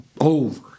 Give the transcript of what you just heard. over